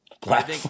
black